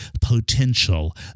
potential